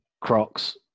crocs